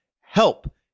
help